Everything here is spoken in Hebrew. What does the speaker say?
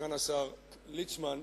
סגן השר ליצמן,